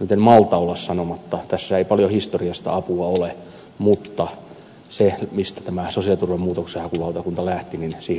nyt en malta olla sanomatta vaikka tässä ei paljon historiasta apua ole että siihen mistä tämä sosiaaliturva muutoksenhakulautakunta lähti